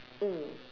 mm